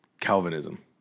Calvinism